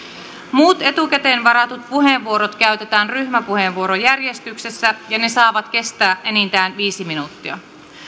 muut etukäteen varatut puheenvuorot käytetään ryhmäpuheenvuorojärjestyksessä ja ne saavat kestää enintään viisi minuuttia